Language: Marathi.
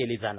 केली जाणार